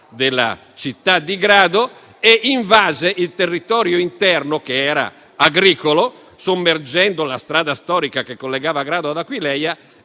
quella città, e invase il territorio interno, che era agricolo, sommergendo la strada storica che collegava Grado ad Aquileia